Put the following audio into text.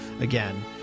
again